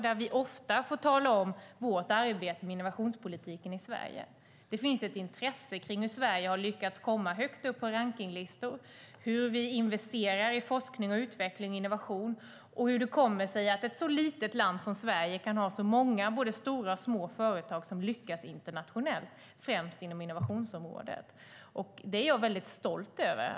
Där får vi ofta tala om vårt arbete med innovationspolitiken i Sverige. Det finns ett intresse för hur Sverige har lyckats komma högt upp på rankningslistor, hur vi investerar i forskning, utveckling och innovation och hur det kommer sig att ett så litet land som Sverige kan ha så många både stora och små företag som lyckas internationellt, främst inom innovationsområdet. Det är jag stolt över.